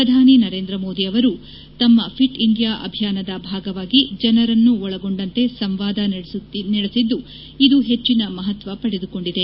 ಪ್ರಧಾನಮಂತ್ರಿ ನರೇಂದ್ರ ಮೋದಿ ಅವರು ತಮ್ಮ ಫಿಟ್ ಇಂಡಿಯಾ ಅಭಿಯಾನದ ಭಾಗವಾಗಿ ಜನರನ್ನು ಒಳಗೊಂಡಂತೆ ಸಂವಾದ ನಡೆಸುತ್ತಿದ್ದು ಇದು ಹೆಚ್ಚಿನ ಮಹತ್ವ ಪಡೆದುಕೊಂಡಿದೆ